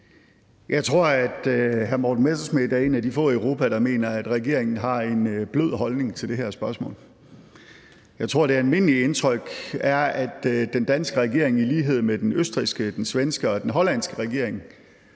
Jeg tror, at hr. Morten Messerschmidt er en af de få i Europa, der mener, at regeringen har en blød holdning til det her spørgsmål. Jeg tror, at det almindelige indtryk er, at den danske regering i lighed med den østrigske, den svenske og den hollandske regering